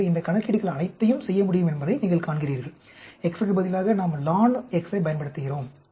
எனவே இந்த கணக்கீடுகள் அனைத்தையும் செய்ய முடியும் என்பதை நீங்கள் காண்கிறீர்கள் x க்கு பதிலாக நாம் lon x ஐப் பயன்படுத்துகிறோம்